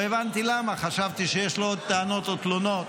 לא הבנתי למה, חשבתי שיש לו עוד טענות או תלונות,